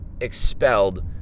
expelled